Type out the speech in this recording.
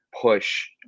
push